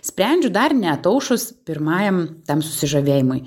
sprendžiu dar neataušus pirmajam tam susižavėjimui